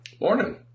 Morning